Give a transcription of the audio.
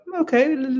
okay